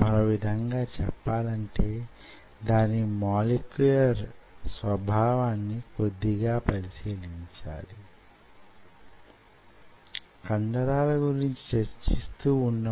మరల skeletal muscle జీవ శాస్త్రాన్ని పరిశీలించాలి మన సహాయార్థం